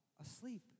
asleep